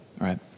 right